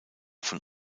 von